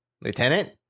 Lieutenant